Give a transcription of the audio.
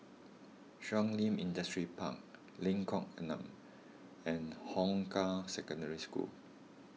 Shun Li Industrial Park Lengkong Enam and Hong Kah Secondary School